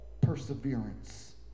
perseverance